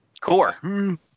core